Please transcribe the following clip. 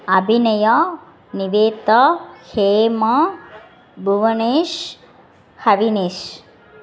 Abhinaya Niveda Hema Bhuvanesh Havinesh